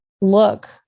look